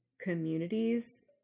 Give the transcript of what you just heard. communities